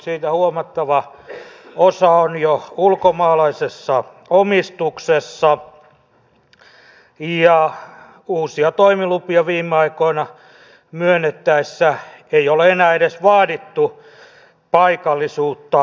siitä huomattava osa on jo ulkomaalaalaisessa omistuksessa ja uusia toimilupia viime aikoina myönnettäessä ei ole enää edes vaadittu paikallisuutta toimilupaehtoihin